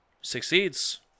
succeeds